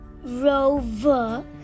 rover